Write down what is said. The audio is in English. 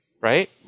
right